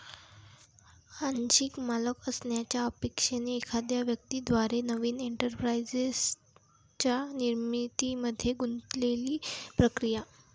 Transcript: आंशिक मालक असण्याच्या अपेक्षेने एखाद्या व्यक्ती द्वारे नवीन एंटरप्राइझच्या निर्मितीमध्ये गुंतलेली प्रक्रिया